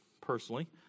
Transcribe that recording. personally